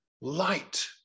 Light